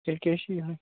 تیٚلہِ کیٛاہ چھُ یِہےَ